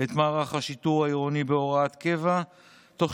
את מערך השיטור העירוני בהוראת קבע תוך